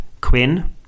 Quinn